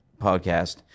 podcast